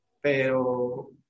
Pero